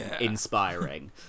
inspiring